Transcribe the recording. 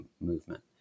movement